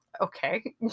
Okay